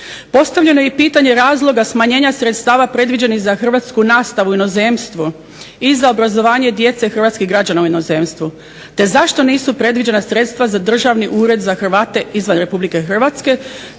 Postavljeno je i pitanje razloga smanjenja sredstava predviđenih za hrvatsku nastavu u inozemstvu i za obrazovanje djece hrvatskih građana u inozemstvu, te zašto nisu predviđena sredstva za Državni ured za Hrvate izvan Republike Hrvatske